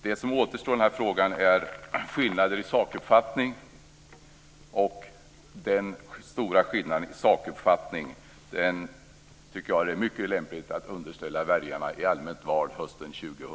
Det som återstår i den här frågan är skillnader i sakuppfattning, och den stora skillnaden i sakuppfattning tycker jag är en fråga som det är mycket lämpligt att underställa väljarna i allmänt val hösten 2002.